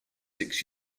six